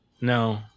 No